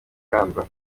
kamba